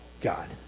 God